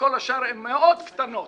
וכל השאר מאוד קטנות